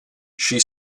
she